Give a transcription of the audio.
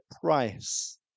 price